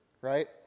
right